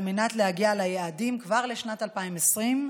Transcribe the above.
על מנת להגיע ליעדים כבר בשנת 2020,